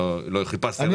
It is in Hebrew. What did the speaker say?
לא חיפשתי רכב,